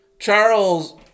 Charles